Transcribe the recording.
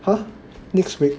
!huh! next week